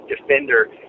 defender